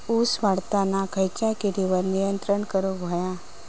ऊस वाढताना खयच्या किडींवर नियंत्रण करुक व्हया?